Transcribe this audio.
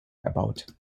erbaut